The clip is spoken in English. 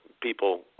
people